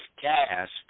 cast